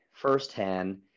firsthand